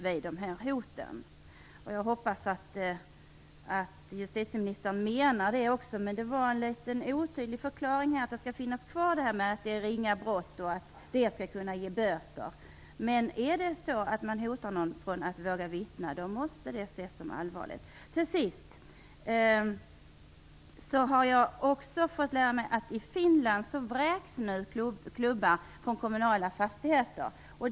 Jag hoppas att justitieministern menar det också, men hennes förklaring var litet otydlig när det gäller om det fortfarande skall vara ett ringa brott och kunna ge böter. Om man genom hot gör så att någon inte vågar vittna måste det ses som allvarligt! Till sist har jag erfarit att man i Finland nu vräker klubbar från kommunala fastigheter.